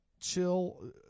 chill